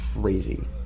crazy